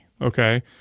okay